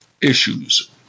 Issues